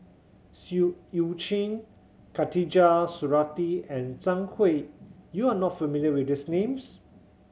Siu Eu Chin Khatijah Surattee and Zhang Hui you are not familiar with these names